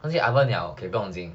放进 oven liao okay 不用紧